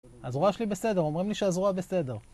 הזרוע שלי בסדר, אומרים לי שהזרוע בסדר